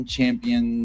Champion